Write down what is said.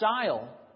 style